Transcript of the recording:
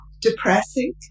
Depressing